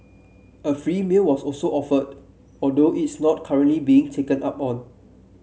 a free meal was also offered although it's not currently being taken up on